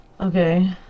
Okay